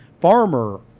Farmer